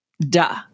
duh